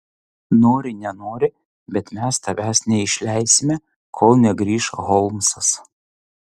nori nenori bet mes tavęs neišleisime kol negrįš holmsas